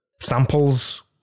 samples